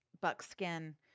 buckskin